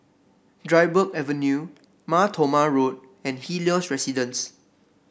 Dryburgh Avenue Mar Thoma Road and Helios Residences